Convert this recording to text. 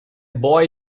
boy